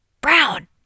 Brown